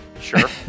Sure